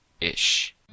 ish